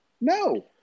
No